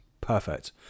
perfect